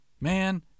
Man